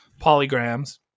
polygrams